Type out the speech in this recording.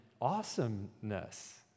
awesomeness